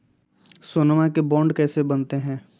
सोनमा के बॉन्ड कैसे बनते?